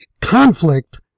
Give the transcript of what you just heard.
conflict